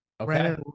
Okay